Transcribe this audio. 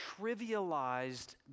trivialized